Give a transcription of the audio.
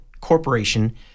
corporation